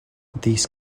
these